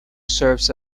serves